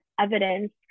evidence